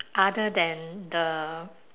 other than the